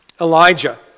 Elijah